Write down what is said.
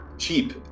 cheap